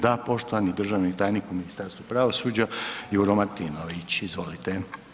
Da, poštovani državni tajnik u Ministarstvu pravosuđa Juro Martinović, izvolite.